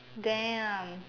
damn